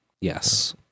Yes